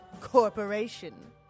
corporation